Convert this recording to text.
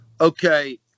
Okay